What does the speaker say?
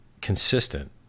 consistent